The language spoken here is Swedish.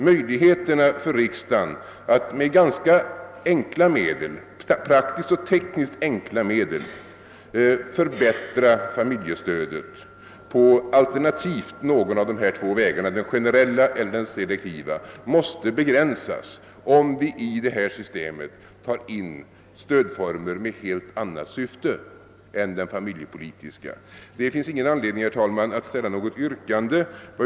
Möjligheterna för riksdagen att med praktiskt och tekniskt ganska enkla medel förbättra familjestödet på alternativt någon av dessa två vägar — den generella och den selektiva — måste begränsas, om vi i detta system tar in stödformer med helt annat syfte än det familjepolitiska. Det finns ingen anledning, herr talman, att ställa något yrkande.